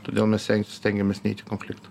todėl mes stengiamės neit į konfliktą